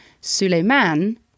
Suleiman